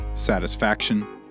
Satisfaction